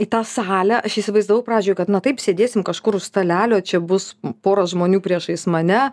į tą salę aš įsivaizdavau pradžioj kad taip sėdėsim kažkur už stalelio čia bus pora žmonių priešais mane